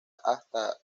hasta